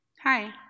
hi